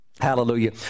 Hallelujah